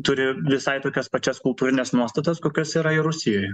turi visai tokias pačias kultūrines nuostatas kokios yra ir rusijoje